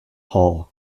hole